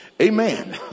Amen